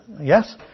Yes